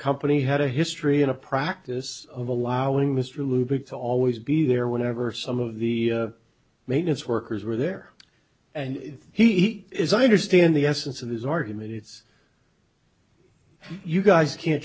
company had a history in a practice of allowing mr libby to always be there whenever some of the maintenance workers were there and he is i understand the essence of his argument it's you guys can't